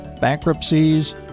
Bankruptcies